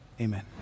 amen